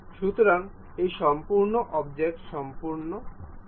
সুতরাং এই সম্পূর্ণ অবজেক্টটি সম্পন্ন হয়েছে